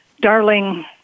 darling